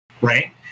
right